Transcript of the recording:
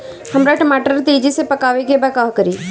हमरा टमाटर के तेजी से पकावे के बा का करि?